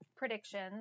predictions